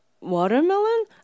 watermelon